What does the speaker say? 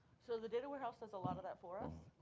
so the data warehouse does a lot of that for us.